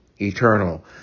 eternal